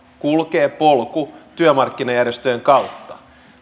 kulkee polku työmarkkinajärjestöjen kautta